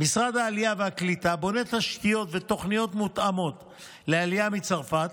משרד העלייה והקליטה בונה תשתיות ותוכניות מותאמות לעלייה מצרפת.